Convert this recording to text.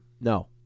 No